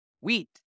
wheat